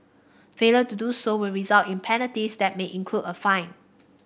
failure to do so will result in penalties that may include a fine